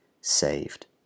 saved